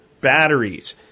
batteries